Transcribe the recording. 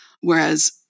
Whereas